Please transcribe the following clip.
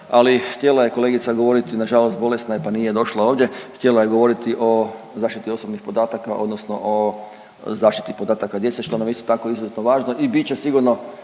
Ali htjela je kolegica govoriti, nažalost bolesna je pa nije došla ovdje, htjela je govoriti o zaštiti osobnih podataka odnosno o zaštiti podataka djece što nam je tako izuzetno važno i bit će sigurno